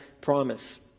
promise